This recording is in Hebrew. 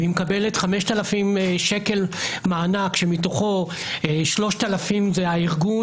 והיא מקבלת 5,000 שקל מענק שמתוכו 3,000 זה הארגון